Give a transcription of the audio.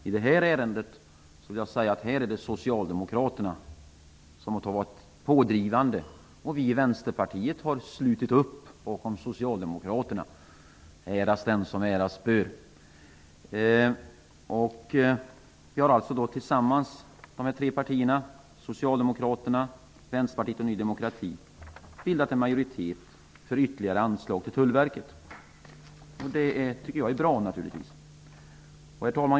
I det här ärendet är det Socialdemokraterna som har varit pådrivande, och vi i Vänsterpartiet har slutit upp bakom Socialdemokraterna -- äras dem som äras bör. Socialdemokraterna, Vänsterpartiet och Ny demokrati har bildat en majoritet för ytterligare anslag till Tullverket, och det tycker jag naturligtvis är bra. Herr talman!